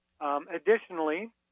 Additionally